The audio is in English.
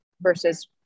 versus